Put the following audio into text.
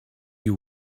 you